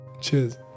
cheers